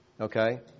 Okay